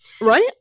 Right